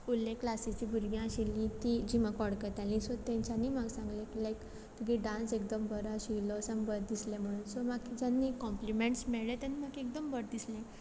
उरलें क्लासीची भुरगीं आशिल्लीं तीं जीं म्हाका वळखतालीं तेंच्यांनी म्हाका सांगलें लायक तुगे डान्स एकदम बरो आशिल्लो सा बरें दिसलें म्हणून सो म्हाका कितें जालें कॉम्पलिमेंट्स मेयळें तेन्ना म्हाका एकदोम बरें दिसलें